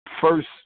first